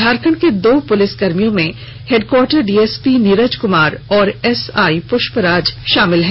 झारखंड के दो पुलिस कर्मियों में हेडक्वार्टर डीएसपी नीरज कुमार और एसआई पुष्पराज शामिल हैं